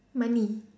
money